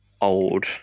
old